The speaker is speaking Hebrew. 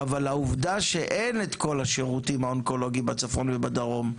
אבל העובדה שאין את כל השירותים האונקולוגים בצפון ובדרום,